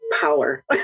power